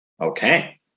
Okay